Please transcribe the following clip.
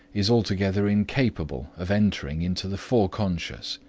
is altogether incapable of entering into the foreconscious,